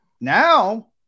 now